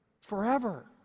Forever